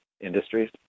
Industries